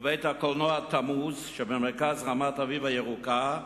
בית-הקולנוע "תמוז", שבמרכז רמת-אביב הירוקה,